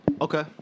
Okay